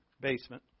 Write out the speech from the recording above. basement